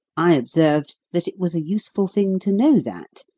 i observed that it was a useful thing to know that,